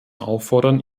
auffordern